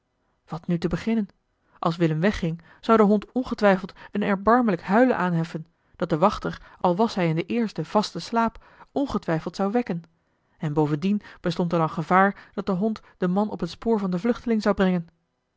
wat nu te beginnen als willem wegging zou de hond ongetwijfeld een erbarmelijk gehuil aanheffen dat den wachter al was hij in den eersten vasten slaap ongetwijfeld zou wekken en bovendien bestond er dan gevaar dat de hond den man op het spoor van den vluchteling zou brengen